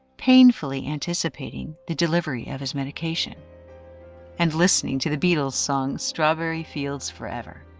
painfully anticipating the delivery of his medication and listening to the beatles song strawberry fields forever.